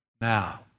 Now